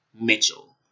Mitchell